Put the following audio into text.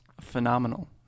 phenomenal